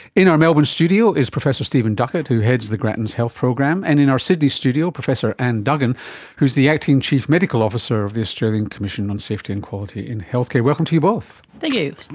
in our melbourne studio is professor stephen duckett who heads the grattan's health program, and in our sydney studio, professor anne duggan who is the acting chief medical officer of the australian commission on safety and quality in healthcare. welcome to you both. thank you. you.